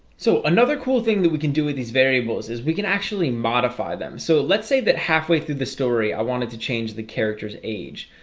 so another cool thing that we can do with these variables is we can actually modify them so let's say that halfway through the story. i wanted to change the character's age.